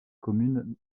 commune